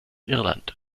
irland